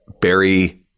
Barry